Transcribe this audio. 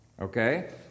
okay